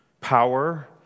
power